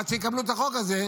עד שיקבלו את החוק הזה,